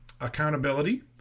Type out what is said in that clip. Accountability